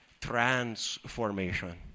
transformation